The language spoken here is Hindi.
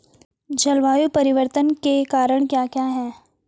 जलवायु परिवर्तन के कारण क्या क्या हैं?